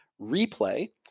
replay